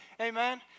Amen